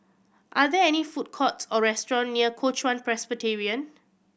are there any food courts or restaurant near Kuo Chuan Presbyterian